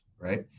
right